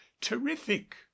terrific